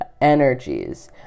energies